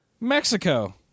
mexico